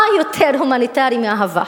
מה יותר הומניטרי מאהבה?